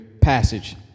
passage